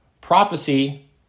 Prophecy